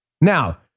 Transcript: Now